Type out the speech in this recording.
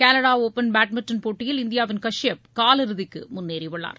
Canada open badminton போட்டியில் இந்தியாவின் கஷ்யப் காலிறுதிக்கு முன்னேறி உள்ளார்